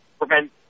prevent